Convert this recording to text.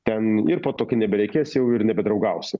ten ir po to kai nebereikės jau ir nebedraugausi